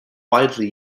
widely